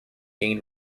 gained